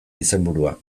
izenburua